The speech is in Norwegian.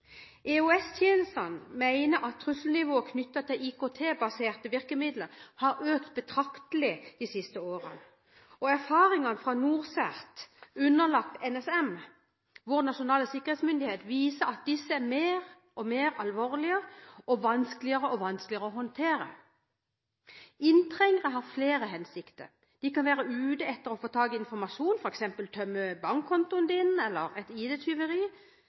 at trusselnivået knyttet til IKT-baserte virkemidler har økt betraktelig de siste årene. Erfaringer fra NorCERT underlagt NSM, vår nasjonale sikkerhetsmyndighet, viser at dette er mer og mer alvorlig og vanskeligere og vanskeligere å håndtere. Inntrengere har flere hensikter. De kan være ute etter å få tak i informasjon, tømme bankkontoen din eller det er et